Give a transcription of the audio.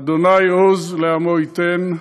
אדוני עוז לעמו ייתן,